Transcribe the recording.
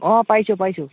অঁ পাইছোঁ পাইছোঁ